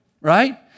Right